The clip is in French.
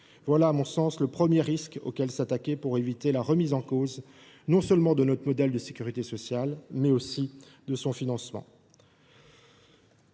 Voilà, à mon sens, le premier risque auquel s’attaquer pour éviter la remise en cause non seulement de notre modèle de sécurité civile, mais aussi de son financement.